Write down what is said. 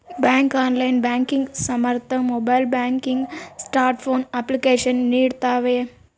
bank online banking ಸಾಮರ್ಥ್ಯ mobile banking smartphone application ನೀಡ್ತವೆ